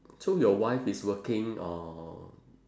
so your wife is working or